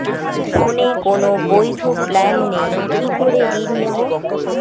ফোনে কোন বৈধ প্ল্যান নেই কি করে ঋণ নেব?